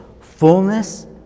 fullness